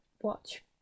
watch